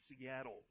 Seattle